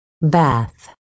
Bath